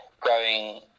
growing